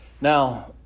Now